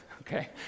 okay